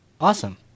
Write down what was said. Awesome